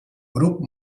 grup